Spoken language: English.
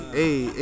hey